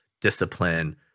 discipline